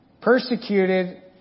persecuted